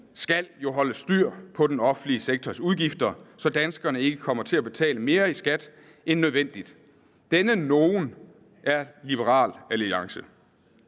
skal jo holde styr på den offentlige sektors udgifter, så danskerne ikke kommer til at betale mere i skat end nødvendigt. Denne »nogen« er Liberal Alliance.